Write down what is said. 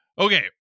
Okay